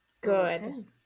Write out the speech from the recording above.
Good